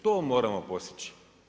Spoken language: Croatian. To moramo postići.